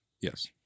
Yes